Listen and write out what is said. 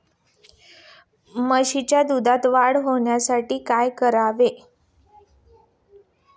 म्हशीच्या दुधात वाढ होण्यासाठी काय करावे?